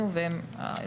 עומדות לנגד עינינו,